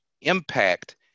impact